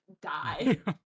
die